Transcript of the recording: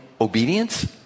obedience